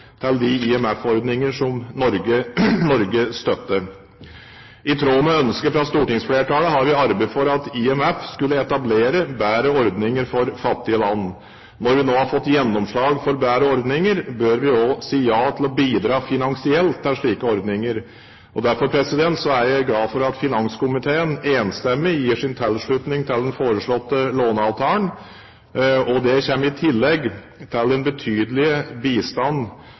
til de IMF-ordninger som Norge støtter. I tråd med ønsket fra stortingsflertallet har vi arbeidet for at IMF skulle etablere bedre ordninger for fattige land. Når vi nå har fått gjennomslag for bedre ordninger, bør vi også si ja til å bidra finansielt til slike ordninger. Derfor er jeg glad for at finanskomiteen enstemmig gir sin tilslutning til den foreslåtte låneavtalen. Det kommer i tillegg til